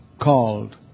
called